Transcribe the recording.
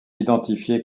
identifié